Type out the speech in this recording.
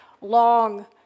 long